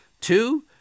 Two